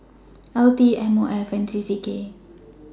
L T M O F and C C K